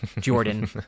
Jordan